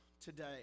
today